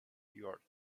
you’re